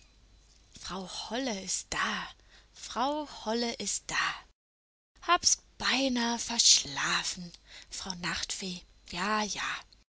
frau holle ist da frau holle ist da hab's beinah verschlafen frau nachtfee jaja